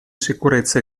sicurezza